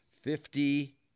fifty